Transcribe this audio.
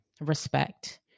respect